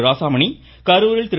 ராசாமணி கரூரில் திரு